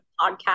podcast